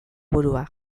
burua